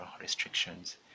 restrictions